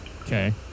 okay